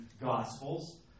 Gospels